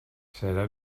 serà